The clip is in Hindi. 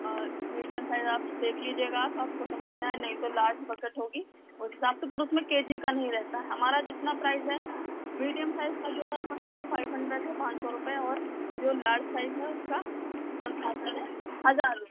और मीडियम साइज़ आप देख लीजिएगा आप आपको समझ में आए नहीं तो लार्ज बकेट होगी उस हिसाब से पर उसमें के जी का नहीं रहता है हमारा जितना प्राइज़ है मीडियम साइज़ का जो है बकेट वह फ़ाइव हन्ड्रेड है पाँच सौ रुपये और जो लार्ज साइज़ है उसका वन थाउज़ेन्ड है हज़ार रुपये